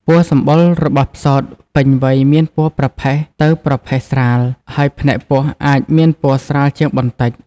ពណ៌សម្បុររបស់ផ្សោតពេញវ័យមានពណ៌ប្រផេះទៅប្រផេះស្រាល ហើយផ្នែកពោះអាចមានពណ៌ស្រាលជាងបន្តិច។